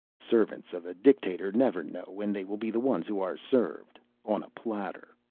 servants of a dictator never know when they will be the ones who are served on a platter.